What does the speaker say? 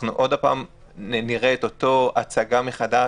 עוד פעם נראה את אותה הצגה מחדש.